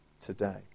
today